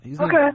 okay